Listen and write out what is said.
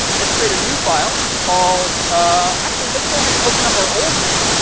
let's create a new file called ah actually, let's go ahead and open up our old one,